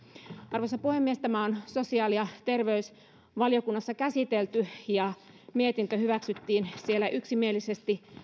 arvoisa puhemies tämä on sosiaali ja terveysvaliokunnassa käsitelty ja mietintö hyväksyttiin siellä yksimielisesti